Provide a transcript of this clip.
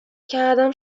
کردم